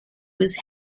was